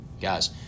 Guys